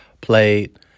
played